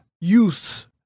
use